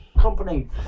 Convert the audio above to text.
company